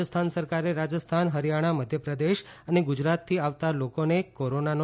રાજસ્થાન સરકારે રાજસ્થાન ફરિયાણા મધ્યપ્રદેશ અને ગુજરાતથી આવતા લોકોને કોરોનાનો